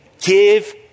give